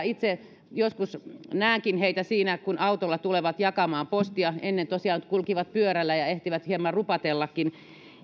itse joskus näenkin heitä kun autolla tulevat jakamaan postia ja ovat kovin kiireisen oloisia ennen tosiaan kulkivat pyörällä ja ehtivät hieman rupatellakin